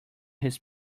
his